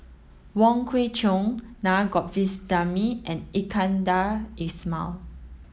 Wong Kwei Cheong Naa Govindasamy and Iskandar Ismail